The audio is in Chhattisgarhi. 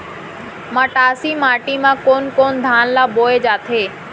मटासी माटी मा कोन कोन धान ला बोये जाथे?